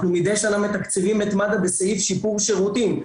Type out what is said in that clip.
אנחנו מידי שנה מתקצבים את מד"א בסעיף שיפור שירותים,